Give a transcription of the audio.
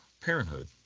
parenthood